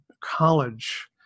College